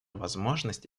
возможность